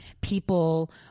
people